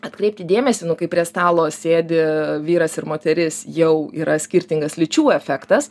atkreipti dėmesį nu kai prie stalo sėdi vyras ir moteris jau yra skirtingas lyčių efektas